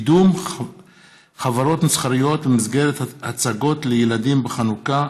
בנושא: קידום חברות מסחריות במסגרת הצגות לילדים בחנוכה.